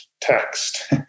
text